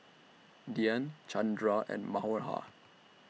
Dhyan Chandra and Manohar